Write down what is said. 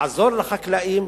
לעזור לחקלאים,